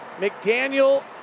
McDaniel